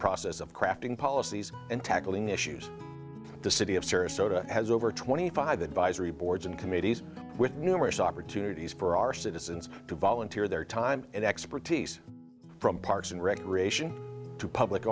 process of crafting policies and tackling issues the city of serious so to has over twenty five advisory boards and committees with numerous opportunities for our citizens to volunteer their time and expertise from parks and recreation to public